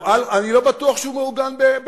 אני לא בטוח שהוא מעוגן.